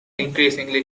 increasingly